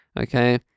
Okay